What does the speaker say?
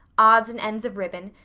odds and ends of ribbon,